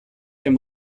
dem